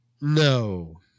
No